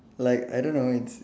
like I don't know it's